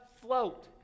float